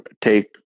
take